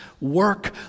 work